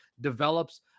develops